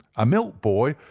a milk boy,